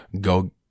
go